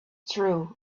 true